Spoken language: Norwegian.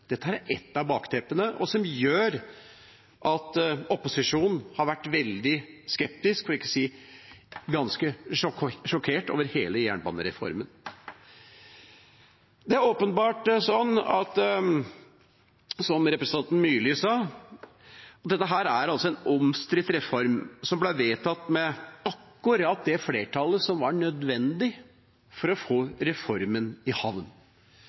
Dette er ett av bakteppene som gjør at opposisjonen har vært veldig skeptisk, for ikke å si ganske sjokkert, til hele jernbanereformen. Det er åpenbart sånn, som representanten Myrli sa, at dette er en omstridt reform, som ble vedtatt med akkurat det flertallet som var nødvendig for å få reformen i havn.